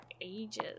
ages